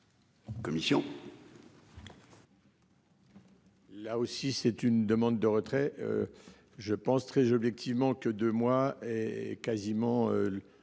Commission.